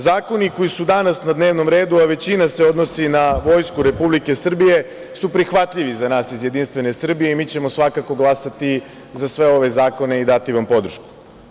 Zakoni koji su danas na dnevnom redu, a većina se odnosi na Vojsku Republike Srbije su prihvatljivi za nas iz JS, mi ćemo svakako glasati za sve ove zakone i dati vam podršku.